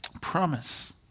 promise